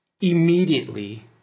immediately